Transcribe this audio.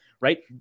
right